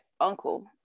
uncle